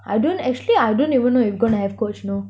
I don't even actually I don't even know gonna have coach you know